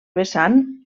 vessant